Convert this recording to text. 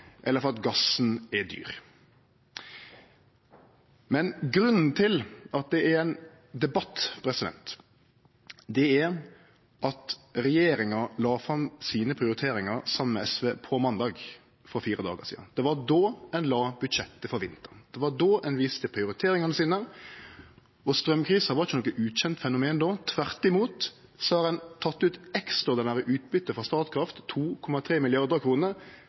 eller for at gassen er dyr. Grunnen til at det er ein debatt, er at regjeringa la fram sine prioriteringar saman med SV på måndag, for fire dagar sidan. Det var då ein la budsjettet for vinteren, det var då ein viste prioriteringane sine. Straumkrisa var ikkje noko ukjend fenomen då. Tvert imot har ein teke ut ekstraordinært utbyte frå Statkraft, 2,3